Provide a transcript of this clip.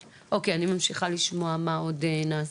אוקיי, אני ממשיכה לשמוע מה עוד נעשה.